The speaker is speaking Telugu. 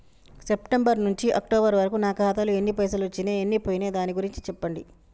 సెప్టెంబర్ నుంచి అక్టోబర్ వరకు నా ఖాతాలో ఎన్ని పైసలు వచ్చినయ్ ఎన్ని పోయినయ్ దాని గురించి చెప్పండి?